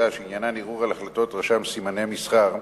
שעניינן ערעור על החלטות רשם סימני המסחר,